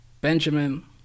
Benjamin